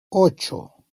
ocho